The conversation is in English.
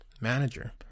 manager